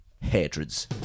Hatreds